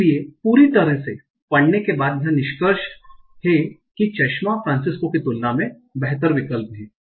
इसलिए पूरी तरह से पढ़ने के बाद यह निष्कर्ष हैं के चश्मा फ्रांसिस्को की तुलना में बेहतर विकल्प है